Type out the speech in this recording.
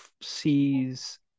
sees